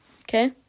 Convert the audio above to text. Okay